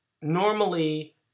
normally